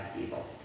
evil